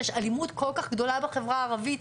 כשיש אלימות כל-כך גדולה בחברה הערבית,